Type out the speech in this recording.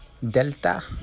delta